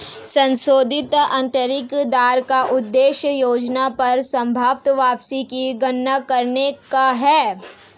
संशोधित आंतरिक दर का उद्देश्य योजना पर संभवत वापसी की गणना करने का है